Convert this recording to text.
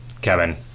Kevin